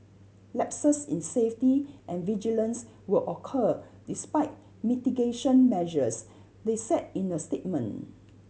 lapses in safety and vigilance will occur despite mitigation measures they said in a statement